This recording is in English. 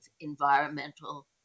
environmental